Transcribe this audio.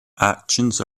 actions